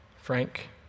frank